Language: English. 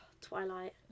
Twilight